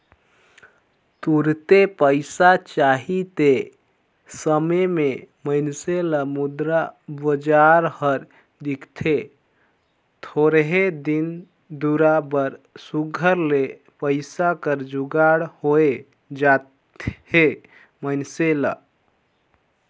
तुरते पइसा चाही ते समे में मइनसे ल मुद्रा बजार हर दिखथे थोरहें दिन दुरा बर सुग्घर ले पइसा कर जुगाड़ होए जाथे मइनसे ल